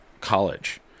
college